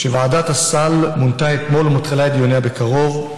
ועדת הסל מונתה אתמול ומתחילה את דיוניה בקרוב.